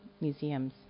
museums